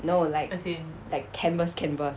no like like canvas canvas